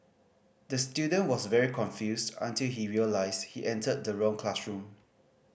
the student was very confused until he realised he entered the wrong classroom